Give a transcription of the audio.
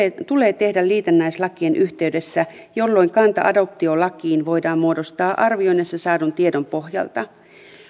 tulee tehdä liitännäislakien yhteydessä jolloin kanta adoptiolakiin voidaan muodostaa arvioinneissa saadun tiedon pohjalta